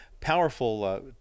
powerful